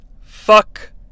Fuck